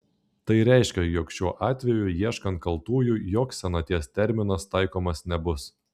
tai reiškia jog šiuo atveju ieškant kaltųjų joks senaties terminas taikomas nebus